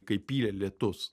kai pylė lietus